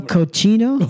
Cochino